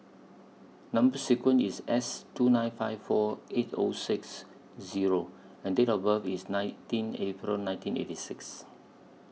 Number sequence IS S two nine five four eight O six Zero and Date of birth IS nineteen April nineteen eighty six